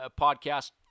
podcast